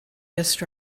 just